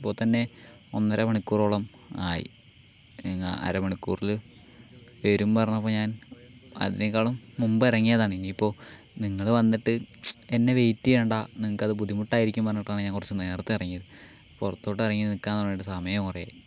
ഇപ്പോൾ തന്നെ ഒന്നരമണിക്കൂറോളം ആയി നിങ്ങൾ അരമണിക്കൂറില് വരും പറഞ്ഞപ്പോൾ ഞാൻ അതിനേക്കാളും മുൻപ്എ ഇറങ്ങിയതാണ് ഇനിയിപ്പോൾ നിങ്ങള് വന്നിട്ട് എന്നെ വെയിറ്റെയ്യണ്ട നിങ്ങൾക്കത് ബുദ്ധിമുട്ടായിരിക്കും എന്നു പറഞ്ഞിട്ടാണ് ഞാൻ കുറച്ച് നേരത്തെ ഇറങ്ങിയത് പുറത്തോട്ട് ഇറങ്ങി നിൽക്കാൻ തുടങ്ങിയിട്ട് സമയം കുറെ ആയി